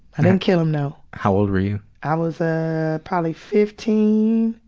i didn't kill him, though. how old were you? i was, ah, probably fifteen,